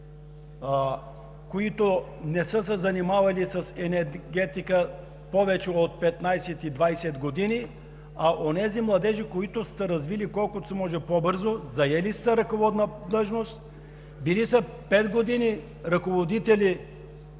които не са се занимавали с енергетика повече от 15 и 10 години, а онези младежи, които са се развили колкото се може по-бързо, заели са ръководна длъжност, били са пет години ръководители